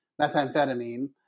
methamphetamine